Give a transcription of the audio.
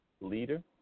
leader